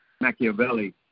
Machiavelli